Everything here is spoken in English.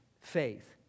faith